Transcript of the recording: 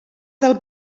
del